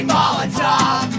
Molotov